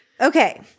Okay